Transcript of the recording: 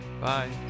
bye